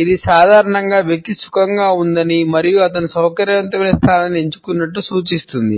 ఇది సాధారణంగా వ్యక్తి సుఖంగా ఉందని మరియు అతను సౌకర్యవంతమైన స్థానాన్ని ఎంచుకున్నట్లు సూచిస్తుంది